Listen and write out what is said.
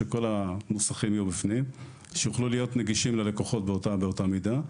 שכל המוסכים יהיו בפנים ושיוכלו להיות נגישים ללקוחות באותה מידה,